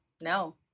No